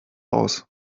aus